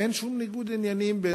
אין שום ניגוד עניינים.